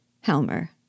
Helmer